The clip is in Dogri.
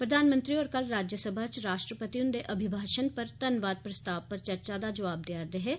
प्रधानमंत्री होर कल राज्यसभा च राश्ट्रपति हुंदे अभिमाशन पर धन्नबाद प्रस्ताव पर चर्चा दा परता देआ दे हे